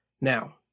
Now